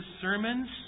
sermons